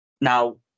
Now